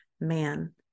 man